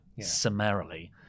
summarily